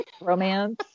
romance